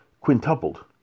quintupled